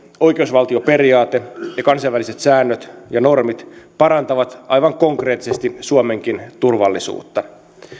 oikeusvaltioperiaate ja kansainväliset säännöt ja normit parantavat aivan konkreettisesti suomenkin turvallisuutta